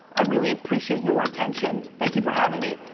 i really appreciate your attention. thank you for having me.